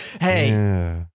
Hey